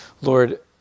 Lord